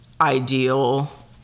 ideal